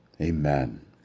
Amen